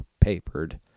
papered